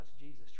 Jesus